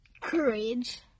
courage